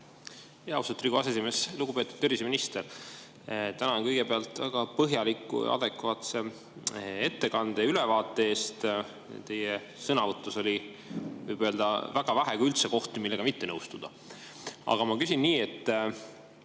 Austatud Riigikogu aseesimees! Lugupeetud terviseminister! Tänan kõigepealt väga põhjaliku ja adekvaatse ettekande ja ülevaate eest. Teie sõnavõtus oli, võib öelda, väga vähe, kui üldse kohti, millega mitte nõustuda. Aga ma küsin nii, et